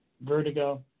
vertigo